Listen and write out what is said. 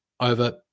over